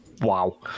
Wow